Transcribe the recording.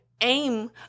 aim